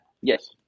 yes